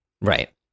Right